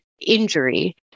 injury